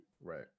Right